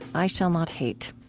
i shall not hate.